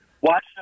Watch